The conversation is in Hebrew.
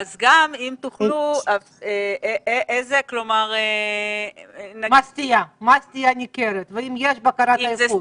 אז גם אם תוכלו --- מה סטיית התקן והאם יש בקרת איכות?